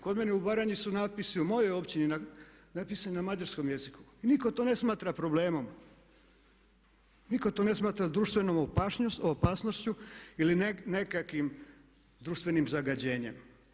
Kod mene u Baranji su natpisi u mojoj općini napisani na mađarskom jeziku i nitko to ne smatra problemom, nitko to ne smatra društvenom opasnošću ili nekakvim društvenim zagađenjem.